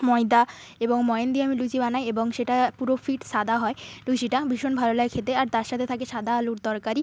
ময়দা এবং ময়ান দিয়ে আমি লুচি বানাই এবং সেটা পুরো ফিট সাদা হয় লুচিটা ভীষণ ভালো লাগে খেতে আর তার সাথে থাকে সাদা আলুর তরকারি